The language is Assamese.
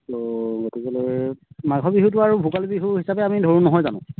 গতিকেলৈ মাঘৰ বিহুটো আৰু ভোগালী বিহু হিচাপে আমি ধৰোঁ নহয় জানো